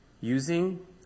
Using